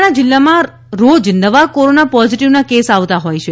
મહેસાણા જિલ્લામાં રોજ નવા કોરોના પોઝિટિવના કેસ આવતા હોય છે